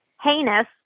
heinous